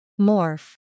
Morph